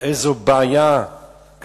הבעיה שיש בכירורגיה,